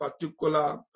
particular